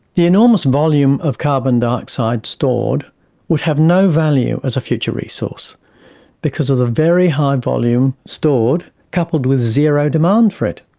the enormous volume of carbon dioxide stored would have no value as a future resource because of the very high volume stored, coupled with zero demand for it.